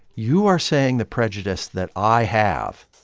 you are saying the prejudice that i have.